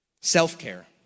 Self-care